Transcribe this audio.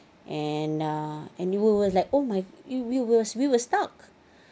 and err and we were like oh my we were we were stucked